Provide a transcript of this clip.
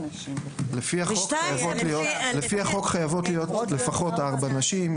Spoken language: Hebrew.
לפי החוק חייבות להיות לפחות ארבע נשים.